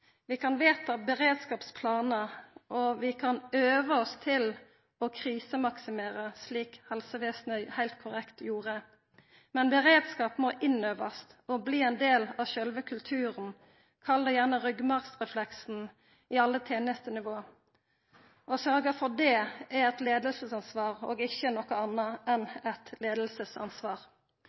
Vi kan vedta beredskapsplanar, og vi kan øva oss på å krisemaksimera, slik helsevesenet heilt korrekt gjorde. Men beredskap må øvast inn og bli ein del av sjølve kulturen – kall det gjerne ryggmargsrefleksen – i alle tenestenivå. Å sørgja for det er eit leiingsansvar, og ikkje noko anna enn eit